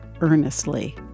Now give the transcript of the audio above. earnestly